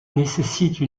nécessite